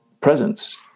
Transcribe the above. presence